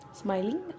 smiling